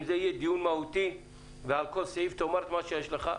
אם זה יהיה דיון מהותי ועל כל סעיף תאמר מה שיש לך.